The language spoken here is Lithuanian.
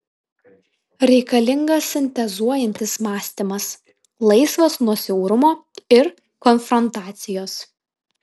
reikalingas sintezuojantis mąstymas laisvas nuo siaurumo ir konfrontacijos